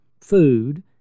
food